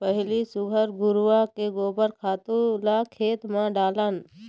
पहिली सुग्घर घुरूवा के गोबर खातू ल खेत म डालन